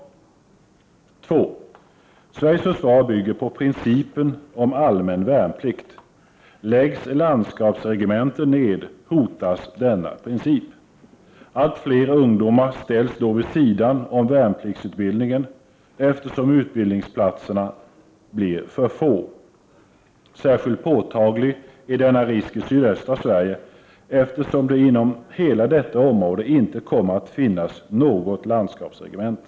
För det andra bygger Sveriges försvar på principen om allmän värnplikt. Läggs landskapsregementen ned urholkas denna princip. Allt fler ungdomar ställs då vid sidan av värnpliktsutbildningen, eftersom utbildningsplatserna blir för få. Särskilt påtaglig är denna risk i sydöstra Sverige, eftersom det inom hela detta område inte kommer att finnas något landskapsregemente.